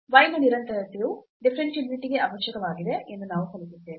f ನ ನಿರಂತರತೆಯು differentiability ಗೆ ಅವಶ್ಯಕವಾಗಿದೆ ಎಂದು ನಾವು ಕಲಿತಿದ್ದೇವೆ